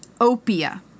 opia